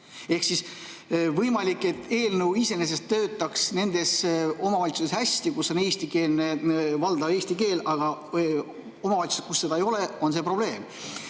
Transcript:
On võimalik, et eelnõu iseenesest töötaks hästi nendes omavalitsustes, kus on valdav eesti keel. Aga omavalitsustes, kus seda ei ole, on see probleem.